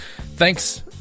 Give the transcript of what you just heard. Thanks